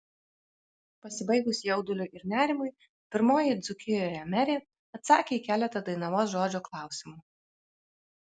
pasibaigus jauduliui ir nerimui pirmoji dzūkijoje merė atsakė į keletą dainavos žodžio klausimų